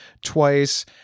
twice